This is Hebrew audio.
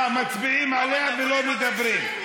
אה, מצביעים עליה ולא מדברים.